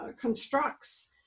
constructs